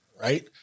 right